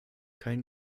kein